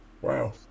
Wow